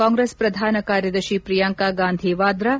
ಕಾಂಗ್ರೆಸ್ ಪ್ರಧಾನ ಕಾರ್ಯದರ್ಶಿ ಪ್ರಿಯಾಂಕಾ ಗಾಂಧಿ ವಾದ್ರಾ